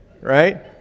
right